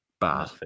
bad